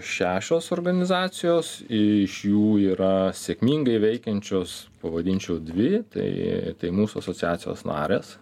šešios organizacijos iš jų yra sėkmingai veikiančios pavadinčiau dvi tai tai mūsų asociacijos narės